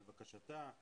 לבקשתה.